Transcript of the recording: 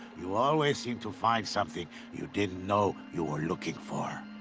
you always seem to find something you didn't know you were looking for.